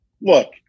look